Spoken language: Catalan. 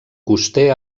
coster